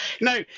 No